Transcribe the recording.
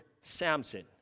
Samson